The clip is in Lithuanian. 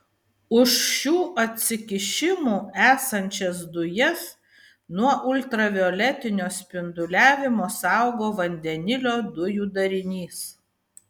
už šių atsikišimų esančias dujas nuo ultravioletinio spinduliavimo saugo vandenilio dujų darinys